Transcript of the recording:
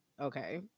Okay